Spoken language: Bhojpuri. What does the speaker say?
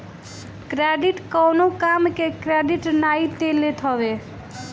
क्रेडिट कवनो काम के क्रेडिट नाइ लेत हवे